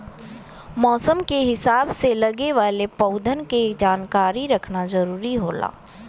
मौसम के हिसाब से लगे वाले पउधन के जानकारी रखना जरुरी होला